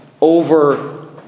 over